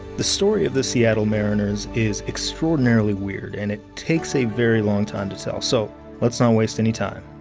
the story of the seattle mariners is extraordinarily weird and it takes a very long time to tell, so let's not um waste any time.